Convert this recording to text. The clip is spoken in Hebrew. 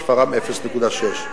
שפרעם, 0.6 מיליון.